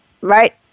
right